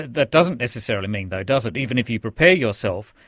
that doesn't necessarily mean does it, even if you prepare yourself,